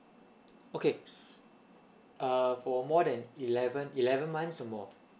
okay uh for more than eleven eleven months or more